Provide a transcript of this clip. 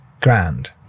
grand